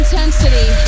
Intensity